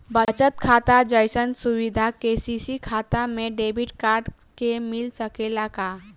बचत खाता जइसन सुविधा के.सी.सी खाता में डेबिट कार्ड के मिल सकेला का?